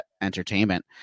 entertainment